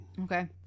Okay